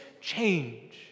change